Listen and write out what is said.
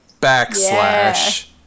Backslash